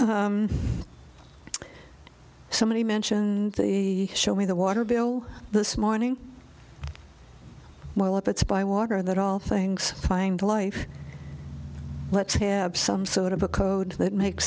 somebody mentioned the show me the water bill this morning well if it's by water that all things find life let's have some sort of a code that makes